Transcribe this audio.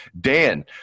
dan